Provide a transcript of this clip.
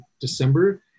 December